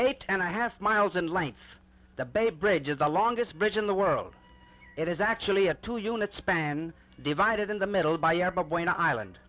eight and a half miles in length the bay bridge is the longest bridge in the world it is actually a two unit span divided in the middle